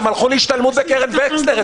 הם הלכו אתמול להשתלמות בקרן וקסנר.